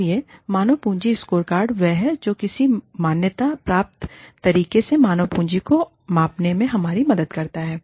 इसलिए मानव पूँजी स्कोरकार्ड वह है जो किसी मान्यता प्राप्त तरीके से मानव पूँजी को मापने में हमारी मदद करता है